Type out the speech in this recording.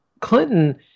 clinton